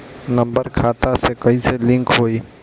Number खाता से कईसे लिंक होई?